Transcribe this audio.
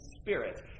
spirit